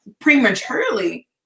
prematurely